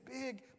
big